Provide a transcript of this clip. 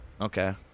okay